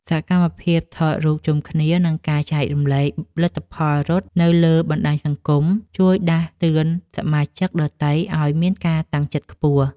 សកម្មភាពថតរូបជុំគ្នា និងការចែករំលែកលទ្ធផលរត់នៅលើបណ្ដាញសង្គម ជួយដាស់តឿនសមាជិកដទៃឱ្យមានការតាំងចិត្តខ្ពស់។